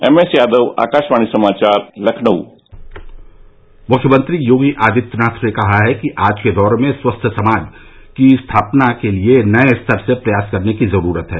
MS Yadav Akashvani समाचार लखनऊ मुख्यमंत्री योगी आदित्यनाथ ने कहा है कि आज के दौर में स्वस्थ समाज की स्थापना के लिये नये स्तर से प्रयास करने की जरूरत है